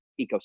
ecosystem